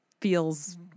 feels